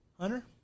Hunter